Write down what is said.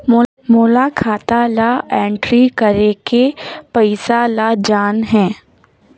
मोला खाता ला एंट्री करेके पइसा ला जान हे?